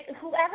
whoever